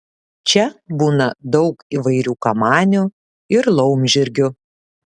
čia būna daug įvairių kamanių ir laumžirgių